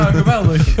geweldig